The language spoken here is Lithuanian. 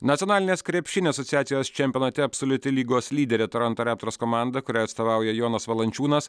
nacionalinės krepšinio asociacijos čempionate absoliuti lygos lyderė toronto raptors komanda kurią atstovauja jonas valančiūnas